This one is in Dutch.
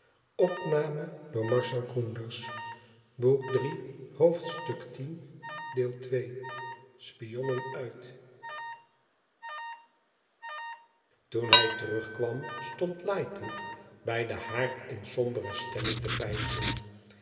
hem toen hij terugkwam stond lightwood bij den haard in sombere stemming te